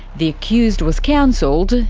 the accused was counselled,